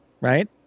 right